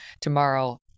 tomorrow